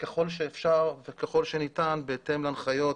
ככל שאפשר וככל שניתן בהתאם להנחיות